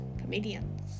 comedians